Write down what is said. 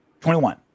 21